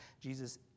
jesus